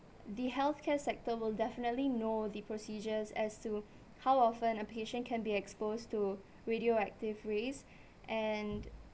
the healthcare sector will definitely know the procedures as to how often a patient can be exposed to radioactive rays and